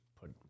put